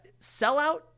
sellout